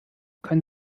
können